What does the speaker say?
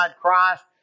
Christ